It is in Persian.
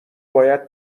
باید